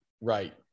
right